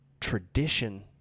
tradition